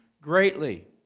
greatly